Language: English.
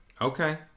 Okay